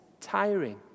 tiring